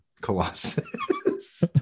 colossus